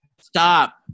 Stop